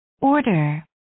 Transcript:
order